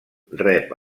rep